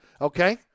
okay